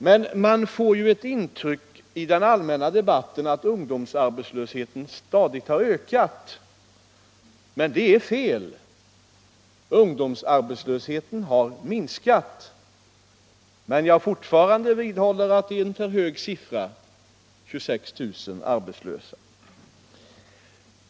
Men man får ju i den allmänna debatten ett intryck av att ungdomsarbetslösheten stadigt har ökat. Det är fel. Ungdomsarbetslösheten har minskat, men jag vidhåller att 26 000 arbetslösa är en för hög siffra.